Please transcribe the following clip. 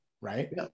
right